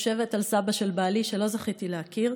חושבת על סבא של בעלי שלא זכיתי להכיר,